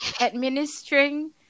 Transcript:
administering